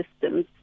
systems